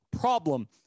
Problem